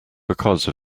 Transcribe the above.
because